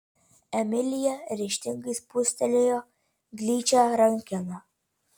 emilija ryžtingai spustelėjo gličią rankeną